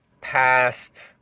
past